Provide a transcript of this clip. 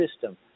system